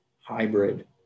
hybrid